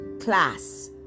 class